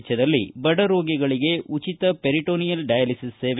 ವೆಚ್ಡದಲ್ಲಿ ಬಡ ರೋಗಿಗಳಿಗೆ ಉಚಿತ ಪೆರಿಟೋನಿಯಲ್ ಡಯಾಲಿಸಿಸ್ ಸೇವೆ